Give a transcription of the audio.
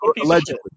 allegedly